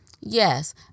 Yes